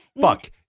Fuck